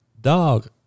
Dog